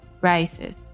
rises